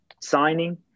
signing